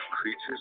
creatures